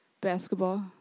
basketball